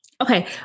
Okay